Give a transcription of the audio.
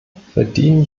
verdienen